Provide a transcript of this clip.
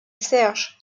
serge